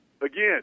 Again